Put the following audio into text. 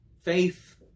Faith